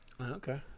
Okay